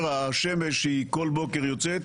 השמש כל בוקר יוצאת